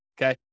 Okay